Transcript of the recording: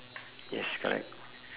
yes correct